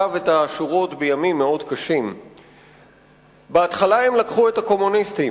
שכתב את השורות בימים מאוד קשים: בהתחלה הם לקחו את הקומוניסטים.